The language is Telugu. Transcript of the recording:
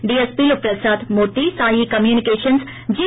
డిఎస్సీలు ప్రసాదు మూర్తి సాయి కమ్యూనికేషన్స్ జి